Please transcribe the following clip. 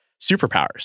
superpowers